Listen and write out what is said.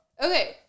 okay